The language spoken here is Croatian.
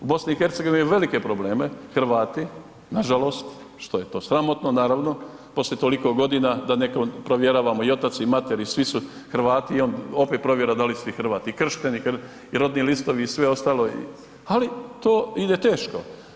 U BiH imaju velike probleme Hrvati, nažalost što je to sramotno naravno poslije toliko godina da nekom provjeravamo i otac i mater i svi su Hrvati i onda opet provjera da li si Hrvat i kršten i rodni listovi i sve ostalo ali to ide teško.